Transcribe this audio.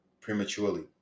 Prematurely